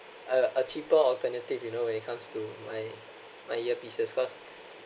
a a cheaper alternative you know when it comes to my my earpieces cause